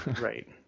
Right